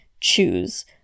choose